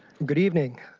good evening.